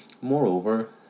Moreover